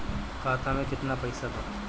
खाता में केतना पइसा बा?